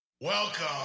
Welcome